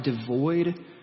devoid